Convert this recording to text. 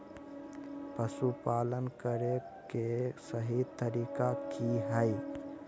पशुपालन करें के सही तरीका की हय?